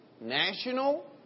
National